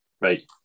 right